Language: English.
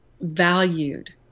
valued